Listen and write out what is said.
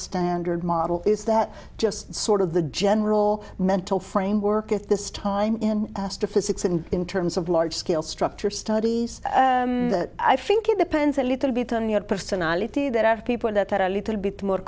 standard model is that just sort of the general mental framework at this time in physics and in terms of large scale structure studies i think it depends a little bit on your personality that are people that are a little bit more